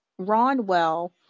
Ronwell